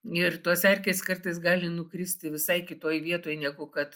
ir tos erkės kartais gali nukristi visai kitoj vietoj negu kad